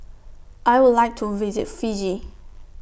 I Would like to visit Fiji